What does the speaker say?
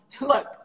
look